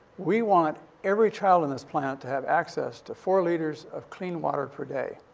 we want every child on this planet to have access to four liters of clean water per day.